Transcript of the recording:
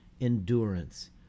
endurance